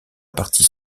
partie